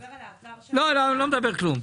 אתה מדבר על האתר של --- לא, אני לא מדבר כלום.